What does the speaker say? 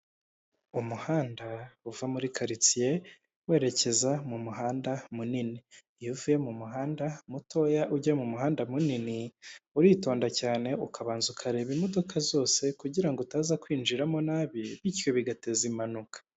Umuhanda uva muri quaritsiye werekeza mu muhanda munini ,iyo uvuye mu muhanda mutoya ujya mu muhanda munini uritonda cyane ukabanza ukareba imodoka zose kugirango utaza kwinjiramo nabi bityo bigateza impanuka.